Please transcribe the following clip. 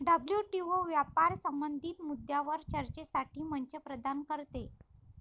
WTO व्यापार संबंधित मुद्द्यांवर चर्चेसाठी मंच प्रदान करते